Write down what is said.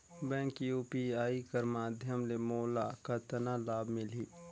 Bank UPI कर माध्यम ले मोला कतना लाभ मिली?